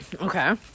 Okay